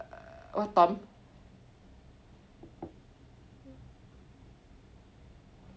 what tom